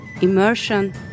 immersion